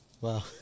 Wow